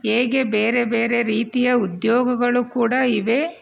ಹೇಗೆ ಬೇರೆ ಬೇರೆ ರೀತಿಯ ಉದ್ಯೋಗಗಳು ಕೂಡ ಇವೆ